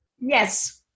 Yes